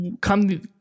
come